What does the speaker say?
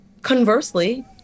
Conversely